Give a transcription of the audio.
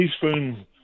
teaspoon